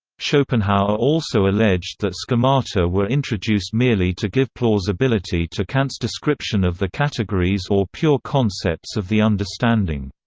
schopenhauer also alleged that schemata were introduced merely to give plausibility to kant's description of the categories or pure concepts of the understanding.